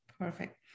Perfect